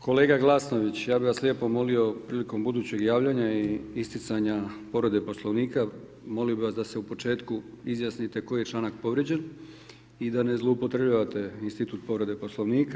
Kolega Glasnović, ja bih vas lijepo molio prilikom budućeg javljanja i isticanja povrede Poslovnika molio bih vas da se u početku izjasnite koji je članak povrijeđen i da ne zloupotrjebljavate institut povrede Poslovnika.